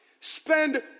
spend